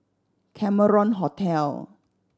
Cameron Hotel